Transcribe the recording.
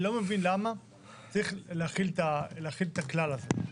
אני לא מבין למה צריך להחיל את הכלל הזה.